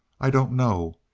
i don't know.